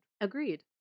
Agreed